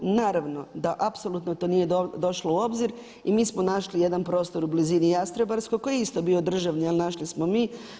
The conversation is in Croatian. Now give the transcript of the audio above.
Naravno da apsolutno to nije došlo u obziri i mi smo našli jedan prostor u blizini Jastrebarskog koji je isto bio državni a našli smo mi.